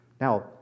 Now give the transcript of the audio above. Now